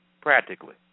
practically